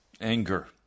Anger